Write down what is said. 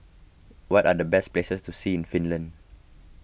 what are the best places to see in Finland